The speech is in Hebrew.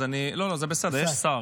יש שר,